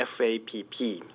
FAPP